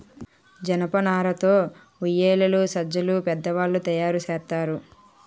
జనపనార తో ఉయ్యేలలు సజ్జలు పెద్ద తాళ్లు తయేరు సేత్తారు